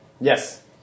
Yes